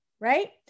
right